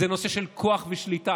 זה נושא של כוח ושליטה.